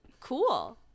Cool